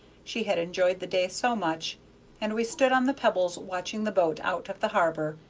she had enjoyed the day so much and we stood on the pebbles watching the boat out of the harbor,